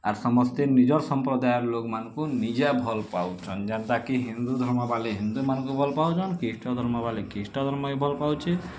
ଆର୍ ସମସ୍ତେ ନିଜର୍ ସମ୍ପ୍ରଦାୟର ଲୋକମାନଙ୍କୁ ନିଜେ ଭଲପାଉଛନ୍ ଯେନ୍ତା କି ହିନ୍ଦୁ ଧର୍ମ ବାଲେ ହିନ୍ଦୁମାନଙ୍କୁ ଭଲ୍ ପାଉଛନ୍ ଖ୍ରୀଷ୍ଟ ଧର୍ମ ଵାଲେ ଖ୍ରୀଷ୍ଟ ଧର୍ମକେ ଭଲପାଉଛି